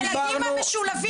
המצלמות.